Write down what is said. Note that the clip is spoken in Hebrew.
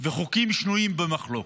וחוקים שנויים במחלוקת.